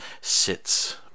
sits